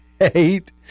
eight